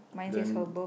then